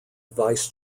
vice